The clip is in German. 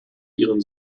ihren